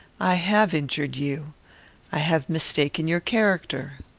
i have injured you i have mistaken your character.